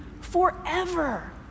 forever